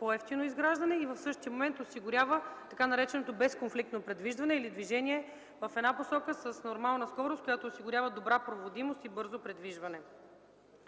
по-евтино изграждане и в същия момент осигурява така нареченото безконфликтно придвижване или движение в една посока с нормална скорост, която осигурява добра проводимост и бързо придвижване.